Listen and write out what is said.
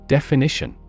Definition